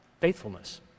faithfulness